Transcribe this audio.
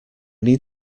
need